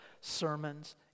sermons